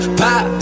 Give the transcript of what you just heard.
pop